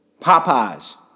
Popeye's